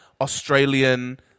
Australian